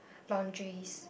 laundries